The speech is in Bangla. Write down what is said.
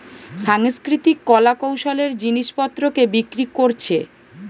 সাংস্কৃতিক কলা কৌশলের জিনিস পত্রকে বিক্রি কোরছে